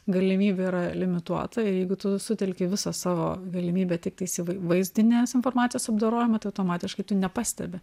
galimybė yra limituota ir jeigu tu sutelki visą savo galimybę tiktai įsiv vaizdinės informacijos apdorojimą tai automatiškai tu nepastebi